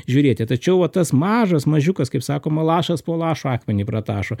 žiūrėti tačiau va tas mažas mažiukas kaip sakoma lašas po lašo akmenį pratašo